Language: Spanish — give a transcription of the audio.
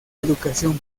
educación